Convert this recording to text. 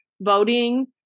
voting